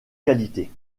qualité